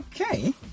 Okay